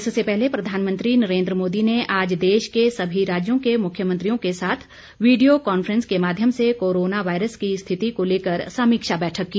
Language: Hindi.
इससे पहले प्रधानमंत्री नरेन्द्र मोदी ने आज देश के सभी राज्यों के मुख्यमंत्रियों के साथ वीडियो कांफ्रेंस के माध्यम से कोरोना वायरस की स्थिति को लेकर समीक्षा बैठक की